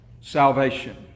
salvation